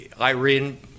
Irene